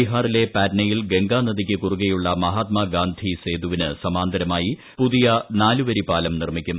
ബീഹാറിലെ പറ്റ്നയിൽ ഗംഗാ നദിക്ക് കുറുകെയുള്ള മഹാത്മാഗാന്ധി സേതുവിന് സമാന്തരമായി പുതിയ നാലുവരി പാലം നിർമ്മിക്കും